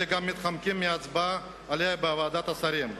אלא גם מתחמקים מהצבעה עליה בוועדת השרים,